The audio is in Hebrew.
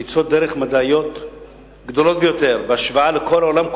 פריצות דרך מדעיות גדולות ביותר בהשוואה לכל העולם כולו,